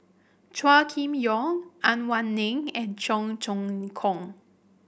Chua Kim Yeow Ang Wei Neng and Cheong Choong Kong